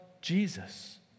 Jesus